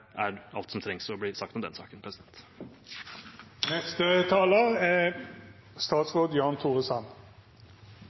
er alt som trengs å bli sagt om den saken.